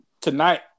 tonight